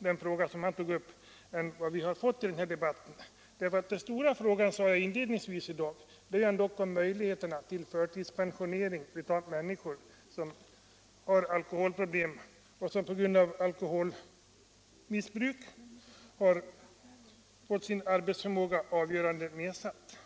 Den fråga som han tog upp förtjänar större uppmärksamhet än den har fått i denna debatt. Den stora frågan, sade jag inledningsvis i dag, är ändå möjligheterna till förtidspensionering av människor som har alkoholproblem och som på grund av alkoholmissbruk har fått sin arbetsförmåga i avgörande grad nedsatt.